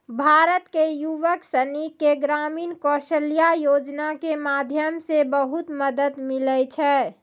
भारत के युवक सनी के ग्रामीण कौशल्या योजना के माध्यम से बहुत मदद मिलै छै